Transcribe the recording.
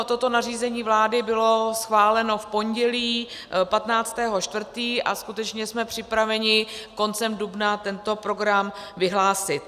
Toto nařízení vlády bylo schváleno v pondělí 15. 4. a skutečně jsme připraveni koncem dubna tento program vyhlásit.